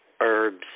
herbs